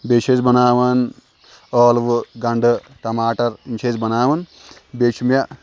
بیٚیہِ چھِ أسۍ بناوان ٲلوٕ گنڈٕ ٹماٹر یِم چھِ أسۍ بناوان بیٚیہِ چھُ مےٚ